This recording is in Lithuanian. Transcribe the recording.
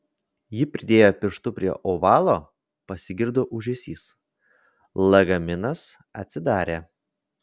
ji pridėjo pirštus prie ovalo pasigirdo ūžesys lagaminas atsidarė